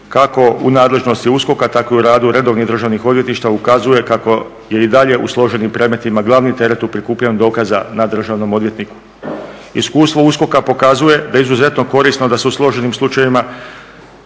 kako u nadležnosti USKOK-a, tako i u radu redovnih državnih odvjetništava ukazuje kako je i dalje u složenim predmetima glavni teret u prikupljanju dokaza na državnom odvjetniku. Iskustvo USKOK-a pokazuje da je izuzetno korisno da se u složenim slučajevima